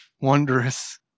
wondrous